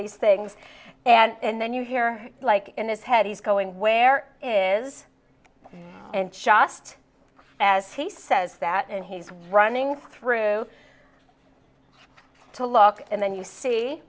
these things and then you hear like in his head he's going where is and just as he says that and he's running through to look and then you see